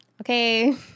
Okay